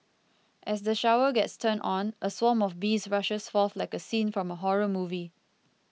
as the shower gets turned on a swarm of bees rushes forth like a scene from a horror movie